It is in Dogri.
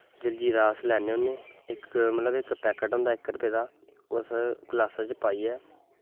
जलजीरा अस लैन्ने होने मतलव इक पैक्ट होंदा इक रपेऽ दा ओह् अस गलासा च पाइयै